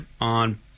on